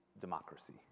democracy